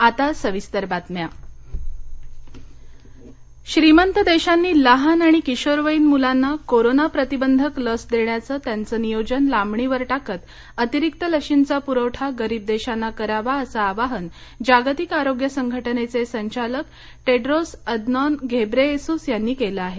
आरोग्य संघटना श्रीमंत देशांनी लहान आणि किशोरवयीन मुलांना कोरोन प्रतिबंधक लस देण्याचं त्यांचं नियोजन लांबणीवर टाकत अतिरिक्त लशींचा पुरवठा गरीब देशांना करावा असं आवाहन जागतिक आरोग्य संघटनेचे संचालक टेड्रोस अदनॉन घेब्रेयेसूस यांनी केलं आहे